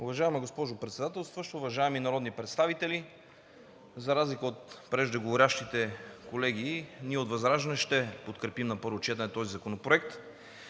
Уважаема госпожо Председателстващ, уважаеми народни представители! За разлика от преждеговорившите колеги ние от ВЪЗРАЖДАНЕ ще подкрепим на първо четене този законопроект.